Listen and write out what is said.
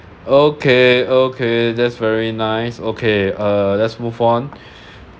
okay okay that's very nice okay uh let's move on